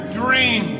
dream